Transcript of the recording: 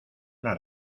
una